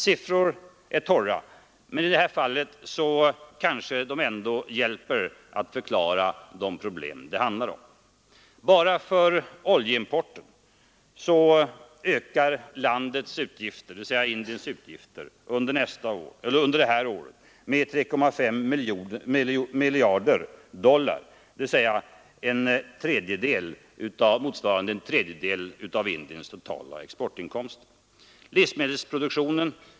Siffror är torra, men i det här fallet kanske de ändå hjälper till att förklara de problem det handlar om: Bara för oljeimporten ökar Indiens utgifter under detta år med 3,5 miljarder dollar, vilket motsvarar en tredjedel av Indiens totala exportinkomster.